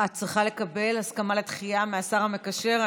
את צריכה לקבל הסכמה לדחייה מהשר המקשר.